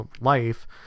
life